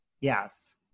Yes